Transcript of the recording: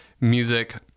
music